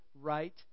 right